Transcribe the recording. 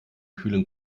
kühlen